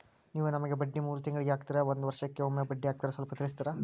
ನೀವು ನಮಗೆ ಬಡ್ಡಿ ಮೂರು ತಿಂಗಳಿಗೆ ಹಾಕ್ತಿರಾ, ಒಂದ್ ವರ್ಷಕ್ಕೆ ಒಮ್ಮೆ ಬಡ್ಡಿ ಹಾಕ್ತಿರಾ ಸ್ವಲ್ಪ ತಿಳಿಸ್ತೀರ?